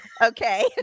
Okay